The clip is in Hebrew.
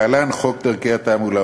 התשי"ט 1959, להלן: חוק דרכי תעמולה.